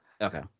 Okay